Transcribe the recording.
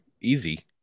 easy